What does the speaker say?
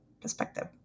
perspective